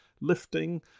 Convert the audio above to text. lifting